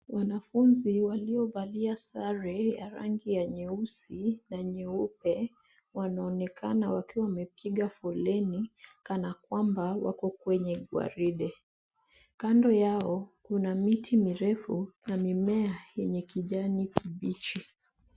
Wanafunzi waliovalia sare ya rangi ya nyeusi na nyeupe wanaonekana wakiwa wamepiga foleni kana kwamba wako kwenye gwaride. Kando yao kuna miti mirefu na mimea yenye kijani kibichi.